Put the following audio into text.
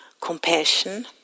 compassion